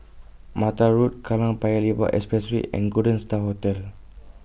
Mattar Road Kallang Paya Lebar Expressway and Golden STAR Hotel